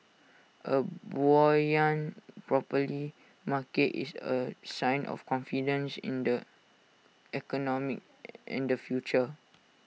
A buoyant property market is A sign of confidence in the economy and the future